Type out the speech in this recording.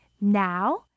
Now